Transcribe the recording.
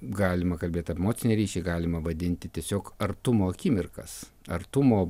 galima kalbėt apie emocinį ryšį galima vadinti tiesiog artumo akimirkas artumo